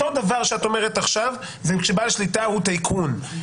אותו דבר שאת אומרת עכשיו זה כשבעל שליטה הוא טייקון,